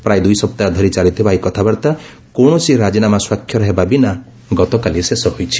ପ୍ରାୟ ଦୁଇସପ୍ତାହ ଧରି ଚାଲିଥିବା ଏହି କଥାବାର୍ତ୍ତା କୌଣସି ରାଜିନାମା ସ୍ୱାକ୍ଷର ହେବା ବିନା ଗତକାଲି ଶେଷ ହୋଇଛି